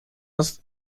nas